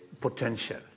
potential